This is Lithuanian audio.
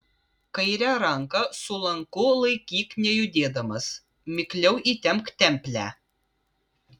kairę ranką su lanku laikyk nejudėdamas mikliau įtempk templę